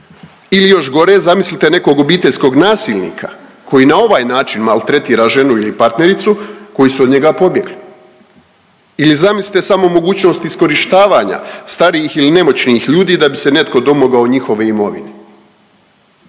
Ili još gore zamislite nekog obiteljskog nasilnika koji na ovaj način maltretira ženu ili partnericu koji su od njega pobjegli. Ili zamislite samo mogućnost iskorištavanja starijih ili nemoćnih ljudi da bi se netko domogao njihove imovine.